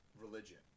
religion